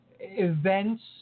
events